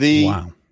Wow